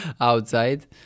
outside